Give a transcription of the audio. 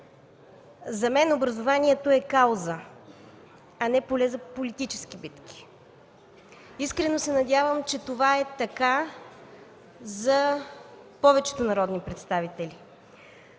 За мен образованието е кауза, а не поле за политически битки. Искрено се надявам, че това е така за повечето народни представители.